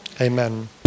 Amen